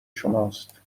شماست